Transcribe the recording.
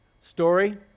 story